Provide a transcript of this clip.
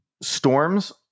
storms